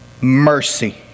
mercy